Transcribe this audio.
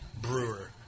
brewer